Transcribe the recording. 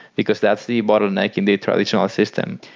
because that's the bottleneck in the traditional system.